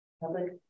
Public